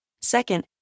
Second